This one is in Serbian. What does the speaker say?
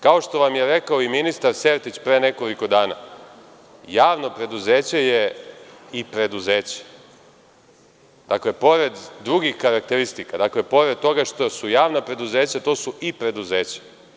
Kao što vam je rekao ministar Sertić pre nekoliko dana, javno preduzeće je i preduzeće, dakle, pored drugih karakteristika, pored toga što su javna preduzeća, to su i preduzeća.